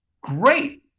great